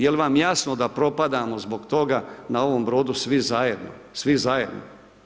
Jel vam jasno da propadamo zbog toga na ovom brodu svi zajedno, svi zajedno?